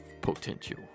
Potential